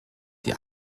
die